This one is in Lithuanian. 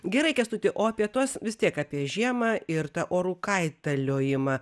gerai kęstuti o apie tuos vis tiek apie žiemą ir tą orų kaitaliojimą